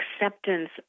acceptance